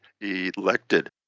elected